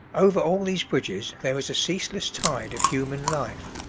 over all these bridges there is a ceaseless tide of human life,